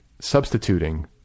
substituting